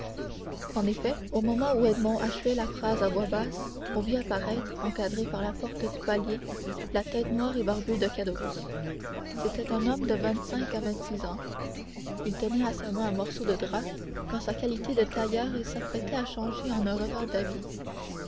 en effet au moment où edmond achevait la phrase à voix basse on vit apparaître encadrée par la porte du palier la tête noire et barbue de caderousse c'était un homme de vingt-cinq à vingt-six ans il tenait à sa main un morceau de drap qu'en sa qualité de tailleur il s'apprêtait à changer en un revers d'habit